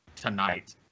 tonight